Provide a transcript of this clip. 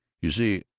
you see,